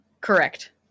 correct